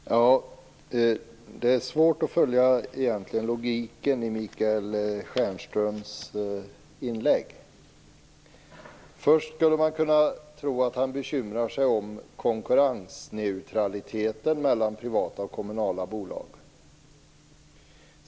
Fru talman! Det är svårt att följa logiken i Michael Stjernströms inlägg. Först skulle man kunna tro att han bekymrar sig om konkurrensneutraliteten mellan privata och kommunala bolag.